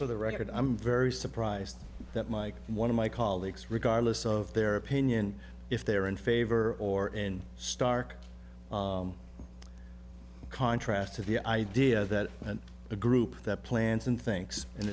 for the record i'm very surprised that my one of my colleagues regardless of their opinion if they are in favor or in stark contrast to the idea that the group that plans and thinks and